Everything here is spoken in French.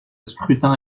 scrutin